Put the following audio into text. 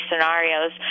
scenarios